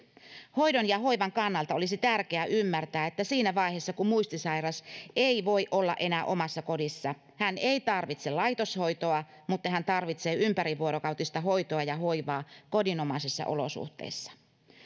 hoidon ja hoivan kannalta olisi tärkeää ymmärtää että siinä vaiheessa kun muistisairas ei voi olla enää omassa kodissa hän ei tarvitse laitoshoitoa mutta hän tarvitsee ympärivuorokautista hoitoa ja hoivaa kodinomaisissa olosuhteissa